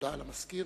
הודעה למזכיר.